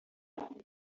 olivier